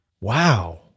Wow